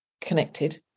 connected